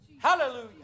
hallelujah